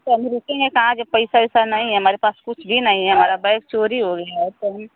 हाँ तो अभी रुकेंगे कहाँ जब पैसा वैसा नहीं है हमारे पास कुछ भी नहीं है हमारा बैग चोरी हो गया है सभी